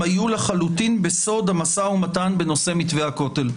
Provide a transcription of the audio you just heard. היו לחלוטין בסוד המשא ומתן בנושא מתווה הכותל".